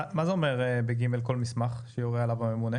מה זה אומר בסעיף ג' כל מסמך שיורה עליו הממונה?